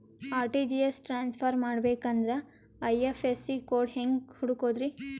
RTGS transfer ಮಾಡಬೇಕೆಂದರೆ IFSC code ಹೆಂಗ್ ಹುಡುಕೋದ್ರಿ?